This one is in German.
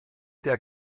der